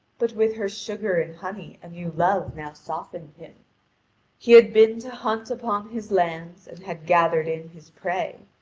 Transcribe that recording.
but with her sugar and honey a new love now softened him he had been hunt upon his lands and had gathered in his prey.